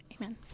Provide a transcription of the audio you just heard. Amen